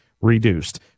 Reduced